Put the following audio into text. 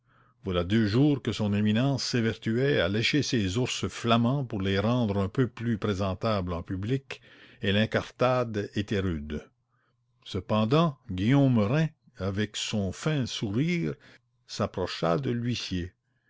voilà deux jours que son éminence s'évertuait à lécher ces ours flamands pour les rendre un peu plus présentables en public et l'incartade était rude cependant guillaume rym avec son fin sourire s'approcha de l'huissier